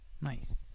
Nice